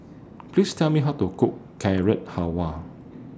Please Tell Me How to Cook Carrot Halwa